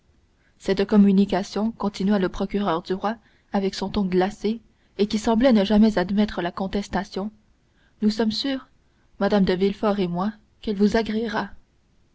cette communication continua le procureur du roi avec son ton glacé et qui semblait ne jamais admettre la contestation nous sommes sûrs mme de villefort et moi qu'elle vous agréera